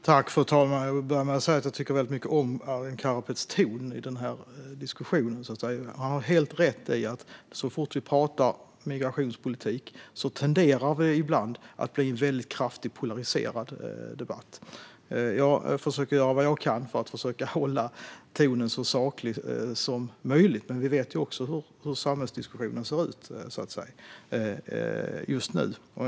Fru talman! Jag vill börja med att säga att jag tycker väldigt mycket om Arin Karapets ton i den här diskussionen. Han har helt rätt i att så fort vi talar migrationspolitik tenderar det ibland att bli en kraftigt polariserad debatt. Jag försöker göra vad jag kan för att försöka hålla tonen så saklig som möjligt, för vi vet ju hur samhällsdiskussionen ser ut just nu.